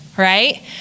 Right